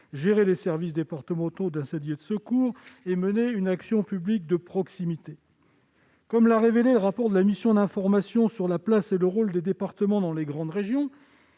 gérer les services départementaux d'incendie et de secours, mener une action publique de proximité. Comme l'a révélé le rapport de la mission d'information sur le rôle, la place et les compétences des départements dans les grandes régions-